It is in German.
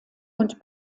und